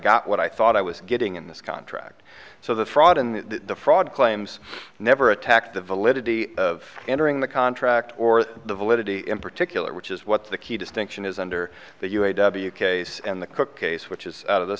got what i thought i was getting in this contract so the fraud and the fraud claims never attacked the validity of entering the contract or the validity in particular which is what the key distinction is under the u a w case and the cook case which is out of the